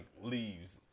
leaves